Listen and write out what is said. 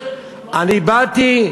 אני באתי,